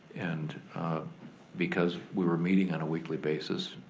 and because we were meeting on a weekly basis,